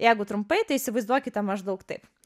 jeigu trumpai tai įsivaizduokite maždaug taip